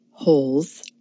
Holes